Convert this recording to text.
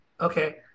Okay